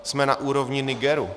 Jsme na úrovni Nigeru.